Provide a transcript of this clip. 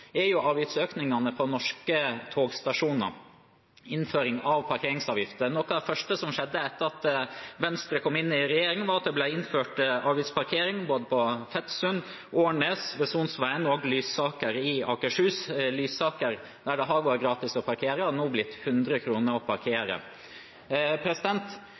avgiftsøkningene ved norske togstasjoner. Innføringen av parkeringsavgift er noe av det første som skjedde etter at Venstre kom inn i regjering, og det ble innført avgiftsparkering på både Fetsund, Årnes, Sonsveien og Lysaker i Akershus. På Lysaker, hvor det har vært gratis å parkere, koster det nå 100 kr å